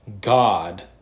God